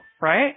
right